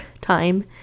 time